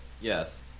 Yes